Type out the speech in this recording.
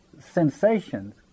sensations